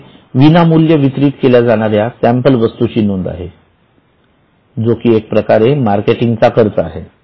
येथे विनामूल्य वितरित केल्या जाणाऱ्या सॅम्पल वस्तूची नोंद आहे जो कि एक प्रकारे मार्केटिंग चा खर्च आहे